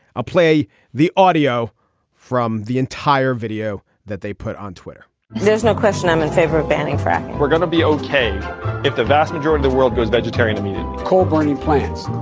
play the audio from the entire video that they put on twitter there's question i'm in favor of banning fat. we're gonna be okay if the vast majority the world goes vegetarian mean coal burning plants.